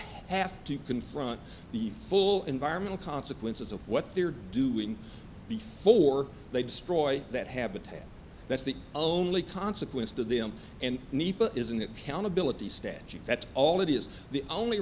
have to confront the full environmental consequences of what they're doing before they destroy that habitat that's the only consequence to them and isn't that countability statute that's all it is the only